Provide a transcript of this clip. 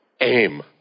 aim